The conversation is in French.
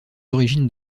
origines